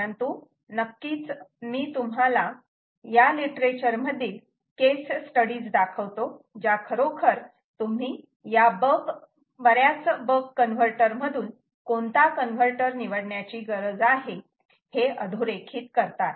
परंतु नक्कीच मी तुम्हाला या लिटरेचर मधील केस स्टडीज दाखवतो ज्या खरोखर तुम्ही या बऱ्याच बक कन्व्हर्टर मधून कोणता कन्व्हर्टर निवडण्याची गरज आहे हे अधोरेखित करतात